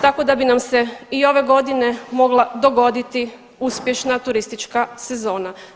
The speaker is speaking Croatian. Tako da bi nam se i ove godine mogla dogoditi uspješna turistička sezona.